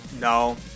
No